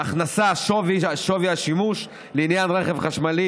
הכנסה על שווי השימוש לעניין רכב חשמלי,